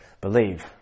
believe